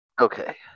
Okay